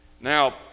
Now